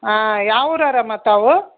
ಹಾಂ ಯಾವ ಊರವ್ರಮ್ಮ ತಾವು